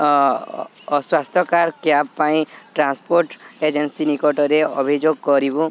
ଅସ୍ୱାସ୍ଥ୍ୟକର କ୍ୟାବ ପାଇଁ transport agency ନିକଟରେ ଅଭିଯୋଗ କରିବୁ